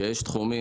שיש תחומים,